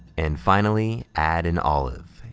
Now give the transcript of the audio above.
and finally, add an olive,